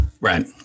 Right